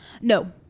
No